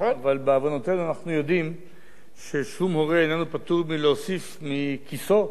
אבל אנחנו יודעים שבעוונותינו שום הורה איננו פטור מלהוסיף מכיסו,